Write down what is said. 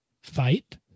Fight